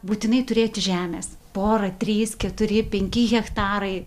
būtinai turėti žemės pora trys keturi penki hektarai